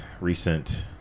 recent